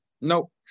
Nope